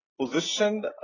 positioned